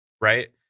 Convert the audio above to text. right